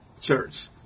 Church